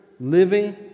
living